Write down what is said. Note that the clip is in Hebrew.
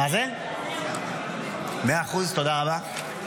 תודה רבה.